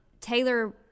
Taylor